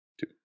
two